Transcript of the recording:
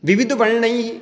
विविधवर्णैः